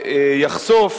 יחשוף,